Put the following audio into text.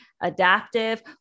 adaptive